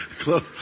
Close